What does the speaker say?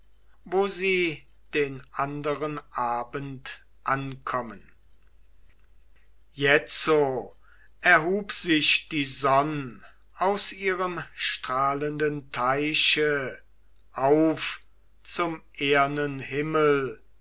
wo sie den anderen abend ankommen jetzo erhub sich die sonn aus ihrem strahlenden teiche auf zum ehernen himmel